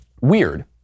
weird